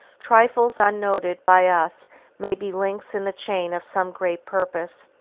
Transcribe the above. trifles unnoted by us may be links in the chain of some great purpose.